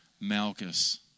Malchus